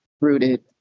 rooted